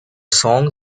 song